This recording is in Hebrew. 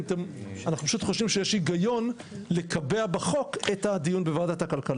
אנחנו פשוט חושבים שיש היגיון בלקבע בחוק את הדיון בוועדת הכלכלה.